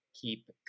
keep